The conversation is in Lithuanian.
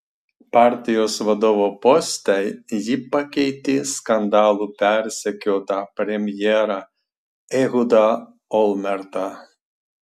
partijos vadovo poste ji pakeitė skandalų persekiotą premjerą ehudą olmertą